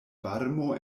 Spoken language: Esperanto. varmo